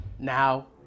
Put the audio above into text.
now